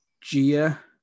gia